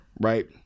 right